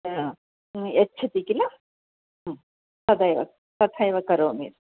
हा यच्छति किल हा तदैव तथैव करोमि